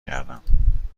کردم